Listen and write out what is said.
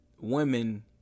women